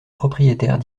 propriétaire